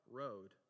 road